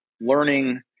learning